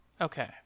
Okay